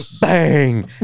bang